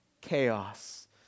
chaos